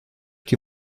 die